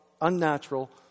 unnatural